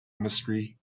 mystery